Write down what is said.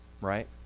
right